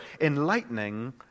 enlightening